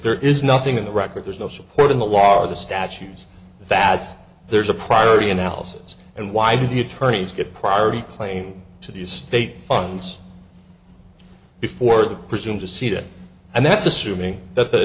there is nothing in the record there's no support in the law of the statues that there's a priority analysis and why do the attorneys get priority claim to the state funds before the presume to seed it and that's assuming that the